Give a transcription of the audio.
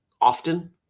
often